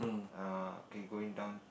err okay going down